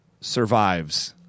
survives